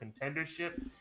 contendership